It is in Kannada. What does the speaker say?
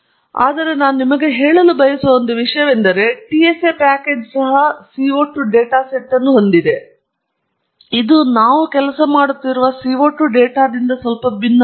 ಆದರೆ ನಾನು ನಿಮಗೆ ಹೇಳಲು ಬಯಸುವ ಒಂದು ವಿಷಯವೆಂದರೆ ಟಿಎಸ್ಎ ಪ್ಯಾಕೇಜ್ ಸಹ CO2 ಡೇಟಾ ಸೆಟ್ ಅನ್ನು ಹೊಂದಿದೆ ಇದು ನಾವು ಕೆಲಸ ಮಾಡುತ್ತಿರುವ CO 2 ಡೇಟಾದಿಂದ ಸ್ವಲ್ಪ ಭಿನ್ನವಾಗಿದೆ